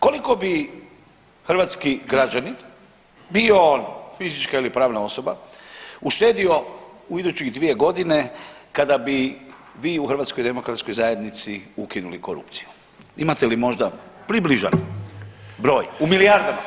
Koliko bi hrvatski građanin bio on fizička ili pravna osoba uštedio u idućih dvije godine kada bi vi u HDZ-u ukinuli korupciju, imate li možda približan broj u milijardama kuna?